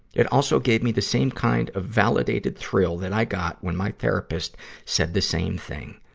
it also gave me the same kind of validated thrill that i got when my therapist said the same thing,